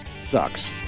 sucks